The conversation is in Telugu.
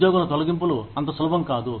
ఉద్యోగుల తొలగింపులు అంత సులభం కాదు